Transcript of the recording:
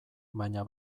baina